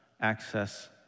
access